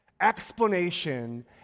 explanation